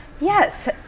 Yes